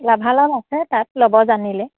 লাভালাভ আছে তাত ল'ব জানিলে